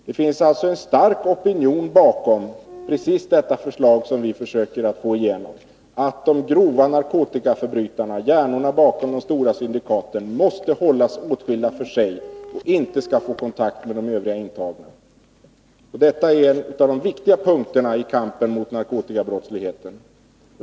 Det finns alltså en stark opinion bakom precis det förslag som vi försöker få igenom, att de grova narkotikaförbrytarna — hjärnorna bakom de stora syndikaten — måste hållas åtskilda för sig, så att de inte kan få kontakt med övriga intagna. Det är en av de viktiga punkterna i kampen mot narkotikabrottsligheten.